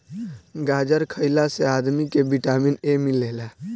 गाजर खइला से आदमी के विटामिन ए मिलेला